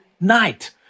night